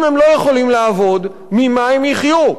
אם הם לא יכולים לעבוד, ממה הם יחיו?